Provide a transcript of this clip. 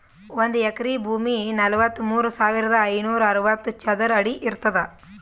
ಒಂದ್ ಎಕರಿ ಭೂಮಿ ನಲವತ್ಮೂರು ಸಾವಿರದ ಐನೂರ ಅರವತ್ತು ಚದರ ಅಡಿ ಇರ್ತದ